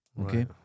Okay